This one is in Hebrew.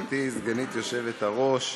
גברתי סגנית היושב-ראש,